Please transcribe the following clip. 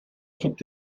gibt